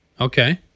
Okay